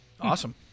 Awesome